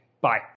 Bye